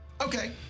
Okay